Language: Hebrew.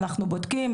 אנחנו בודקים.